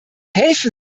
helfen